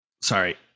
sorry